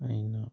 ꯑꯩꯅ